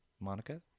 Monica